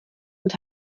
und